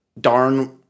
darn